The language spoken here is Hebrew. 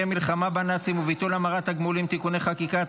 המלחמה בנאצים וביטול המרת תגמולים (תיקוני חקיקה),